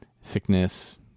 Sickness